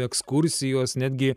ekskursijos netgi